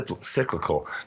cyclical